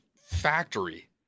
factory